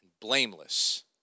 blameless